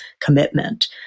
commitment